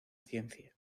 ciencia